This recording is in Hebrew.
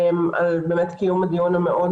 שולטת על מרשם האוכלוסין,